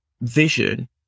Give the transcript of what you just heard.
vision